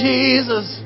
Jesus